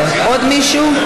עוד מישהו?